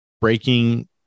breaking